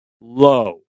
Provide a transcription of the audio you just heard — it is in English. low